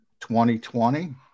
2020